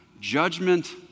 judgment